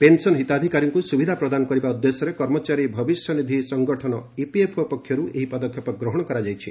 pension ହିତାଧିକାରୀଙ୍କୁ ସୁବିଧା ପ୍ରଦାନ କରିବା ଉଦ୍ଦେଶ୍ୟରେ କର୍ମଚାରୀ ଭବିଷ୍ୟନିଧି ସଂଗଠନ ଇପିଏଫ୍ଓ ପକ୍ଷରୁ ଏହି ପଦକ୍ଷେପ ଗ୍ରହଣ କରାଯାଇଛି